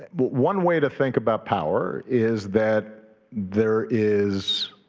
one way to think about power is that there is